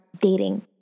dating